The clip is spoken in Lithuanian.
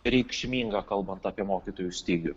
reikšminga kalbant apie mokytojų stygių